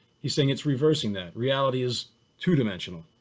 he's saying it's reversing that. reality is two dimensional.